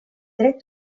tret